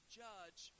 judge